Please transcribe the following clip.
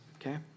okay